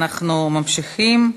אנחנו ממשיכים.